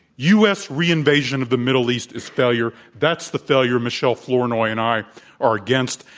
u. s. reinvasion of the middle east is failure. that's the failure michele flournoy and i are against.